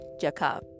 Jakob